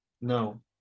No